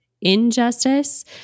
injustice